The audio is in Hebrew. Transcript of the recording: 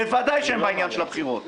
בוודאי שהן בעניין הבחירות,